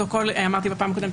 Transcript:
אמרתי בפעם הקודמת,